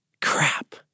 crap